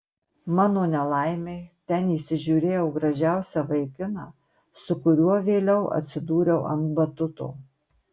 mano nelaimei ten įsižiūrėjau gražiausią vaikiną su kuriuo vėliau atsidūriau ant batuto